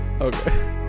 Okay